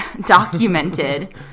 documented